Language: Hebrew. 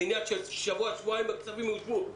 שתוך שבוע שבועיים הכספים יושבו.